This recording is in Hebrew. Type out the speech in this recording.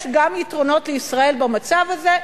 יש גם יתרונות לישראל במצב הזה,